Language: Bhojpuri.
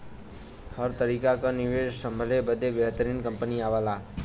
हर तरीके क निवेस संभले बदे बेहतरीन कंपनी आवला